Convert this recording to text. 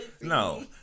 No